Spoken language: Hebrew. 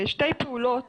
שתי פעולות